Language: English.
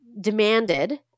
demanded